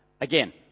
again